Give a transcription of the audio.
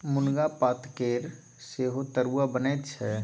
मुनगा पातकेर सेहो तरुआ बनैत छै